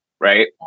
Right